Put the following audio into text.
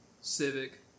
Civic